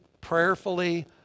prayerfully